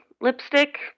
lipstick